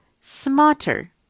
smarter